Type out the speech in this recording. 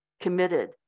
committed